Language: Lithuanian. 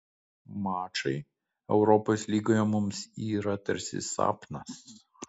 mačai europos lygoje mums yra tarsi sapnas